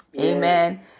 Amen